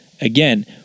again